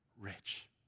rich